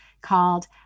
called